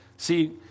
See